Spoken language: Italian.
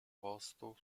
posto